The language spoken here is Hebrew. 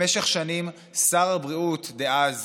במשך שנים שר הבריאות דאז